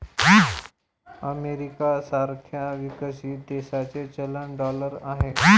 America सारख्या विकसित देशाचे चलन डॉलर आहे